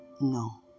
No